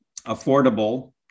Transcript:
affordable